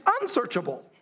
unsearchable